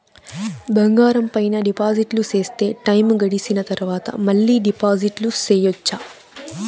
బంగారం పైన డిపాజిట్లు సేస్తే, టైము గడిసిన తరవాత, మళ్ళీ డిపాజిట్లు సెయొచ్చా?